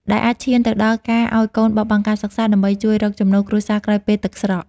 ដែលអាចឈានទៅដល់ការឱ្យកូនបោះបង់ការសិក្សាដើម្បីជួយរកចំណូលគ្រួសារក្រោយពេលទឹកស្រក។